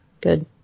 good